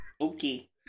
Okay